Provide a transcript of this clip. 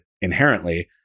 inherently